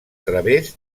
través